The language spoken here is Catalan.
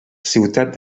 ciutat